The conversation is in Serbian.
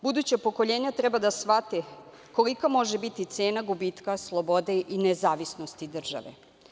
Buduća pokolenja treba da shvate kolika može biti cena gubitka slobode i nezavisnosti države.